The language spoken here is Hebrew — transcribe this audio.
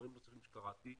הדברים הנוספים שקראתי,